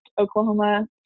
Oklahoma